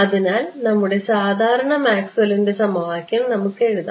അതിനാൽ നമ്മുടെ സാധാരണ മാക്സ്വെല്ലിന്റെ സമവാക്യം നമുക്ക് എഴുതാം